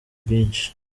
bwinshi